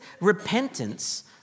repentance